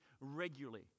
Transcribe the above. regularly